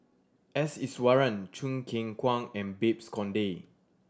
S Iswaran Choo Keng Kwang and Babes Conde